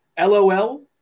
lol